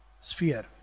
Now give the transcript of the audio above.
sphere